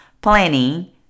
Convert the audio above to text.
planning